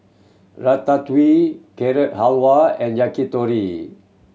Ratatouille Carrot Halwa and Yakitori